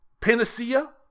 panacea